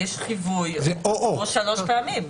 יש חיווי או שלוש פעמים.